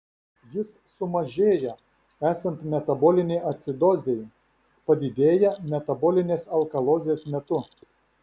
jis sumažėja esant metabolinei acidozei padidėja metabolinės alkalozės metu